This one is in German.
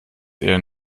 eher